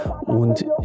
Und